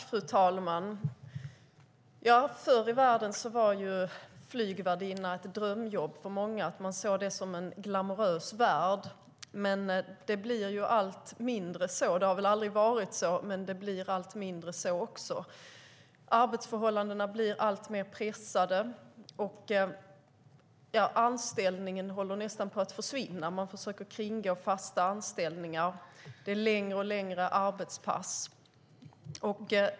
Fru talman! Förr i världen var flygvärdinna ett drömjobb för många. Man såg det som en glamorös värld, men det blir allt mindre av det. Det har väl aldrig varit på det sättet, men det blir allt mindre glamoröst. Arbetsförhållandena blir alltmer pressade, och anställningen håller nästan på att försvinna. Man försöker kringgå fasta anställningar, och det är allt längre arbetspass.